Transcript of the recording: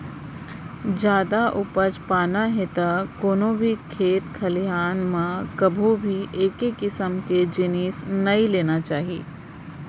जादा उपज पाना हे त कोनो भी खेत खलिहान म कभू भी एके किसम के जिनिस नइ लेना चाही